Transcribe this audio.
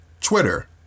Twitter